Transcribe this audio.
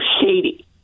shady